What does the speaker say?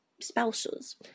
spouses